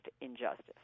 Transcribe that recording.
injustice